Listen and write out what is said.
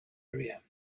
area